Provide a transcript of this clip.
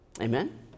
Amen